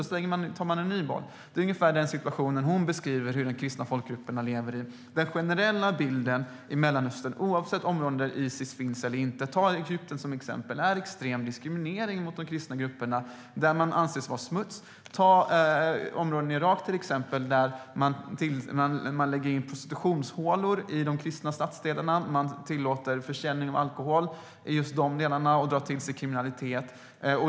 Då tar man en ny boll. Det är ungefär den situation hon beskriver i fråga om hur den kristna folkgruppen lever. Den generella bilden i Mellanöstern, oavsett om det är områden där Isis finns eller inte, är att det är en extrem diskriminering av de kristna grupperna. De anses vara smuts. Man kan ta Egypten som exempel. I områden i Irak, till exempel, lägger man in prostitutionshålor i de kristna stadsdelarna. Man tillåter försäljning av alkohol i just de delarna och drar till sig kriminalitet.